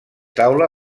taula